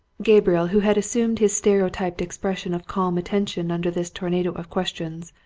gabriel, who had assumed his stereotyped expression of calm attention under this tornado of questions,